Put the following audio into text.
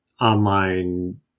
online